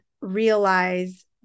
realize